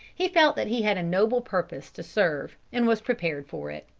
he felt that he had a noble purpose to serve and was prepared for it.